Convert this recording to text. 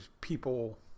people